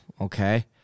okay